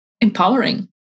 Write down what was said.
empowering